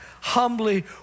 humbly